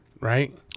right